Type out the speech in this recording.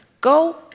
Go